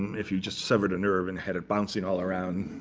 if you just severed a nerve and had it bouncing all around,